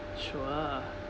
sure